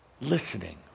listening